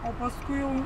o paskui jau